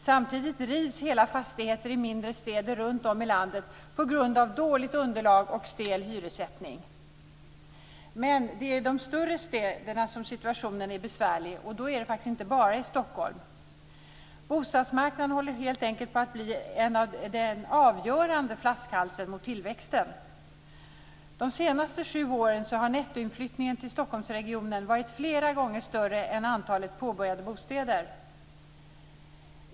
Samtidigt rivs hela fastigheter i mindre städer runtom i landet på grund av dåligt underlag och stel hyressättning. Men det är i de större städerna som situationen är som mest besvärlig, och då inte bara i Stockholm. Bostadsmarknaden håller helt enkelt på att bli den avgörande flaskhalsen mot tillväxten. De senaste sju åren har nettoinflyttningen till Stockholmsregionen varit flera gånger större än antalet påbörjade bostäder.